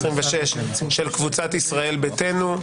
26 של קבוצת ישראל ביתנו.